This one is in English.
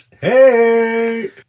Hey